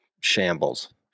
shambles